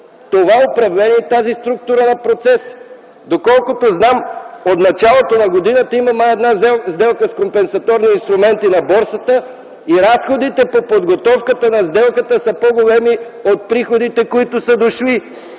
това управление и тази структура на процеса. Доколкото знам, от началото на годината имаме една сделка с компенсаторни инструменти на борсата и разходите по подготовката на сделката са по-големи от приходите, които са дошли!